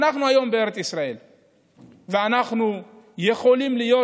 אנחנו היום בארץ ישראל ואנחנו יכולים להיות